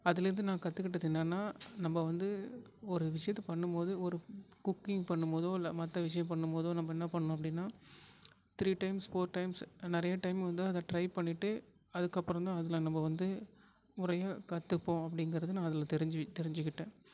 அதுலேருந்து நான் கற்றுக்கிட்டது என்னன்னா நம்ம வந்து ஒரு விஷியத்தை பண்ணும் போது ஒரு குக்கிங் பண்ணும் போதோ இல்லை மற்ற விஷியம் பண்ணும் போதோ நம்ம என்ன பண்ணனும் அப்படின்னா த்ரீ டைம்ஸ் ஃபோர் டைம்ஸ் நிறைய டைம் வந்து அதை ட்ரை பண்ணிட்டு அதுக்கப்புறம் தான் அதில் நம்ம வந்து முறையாக கற்றுப்போம் அப்படிங்கிறது நான் அதில் தெரிஞ்சு தெரிஞ்சிக்கிட்டேன்